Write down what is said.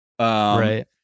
Right